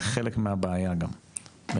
זה חלק מהבעיה גם בעיניי.